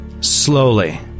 Slowly